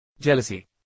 Jealousy